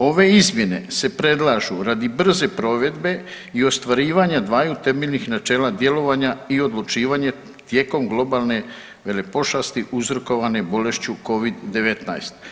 Ove izmjene se predlažu radi brze provedbe i ostvarivanja dvaju temeljnih načela djelovanja i odlučivanja tijekom globalne velepošasti uzrokovane bolešću Covid-19.